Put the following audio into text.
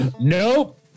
Nope